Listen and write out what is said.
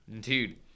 Dude